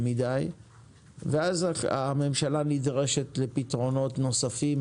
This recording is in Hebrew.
מדי ואז הממשלה נדרשת לפתרונות נוספים,